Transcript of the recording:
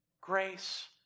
grace